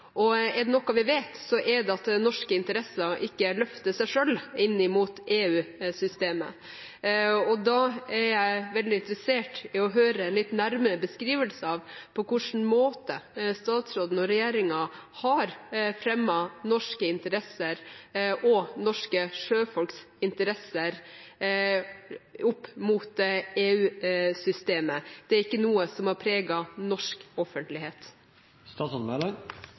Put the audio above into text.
og er det noe vi vet, er det at norske interesser ikke løfter seg selv inn mot EU-systemet. Da er jeg veldig interessert i å høre en litt nærmere beskrivelse av på hvilken måte statsråden og regjeringen har fremmet norske interesser og norske sjøfolks interesser opp mot EU-systemet. Det er ikke noe som har preget norsk